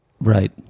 Right